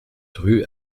rue